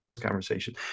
conversation